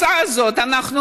שמונה.